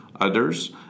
others